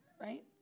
Right